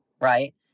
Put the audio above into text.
right